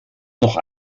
noch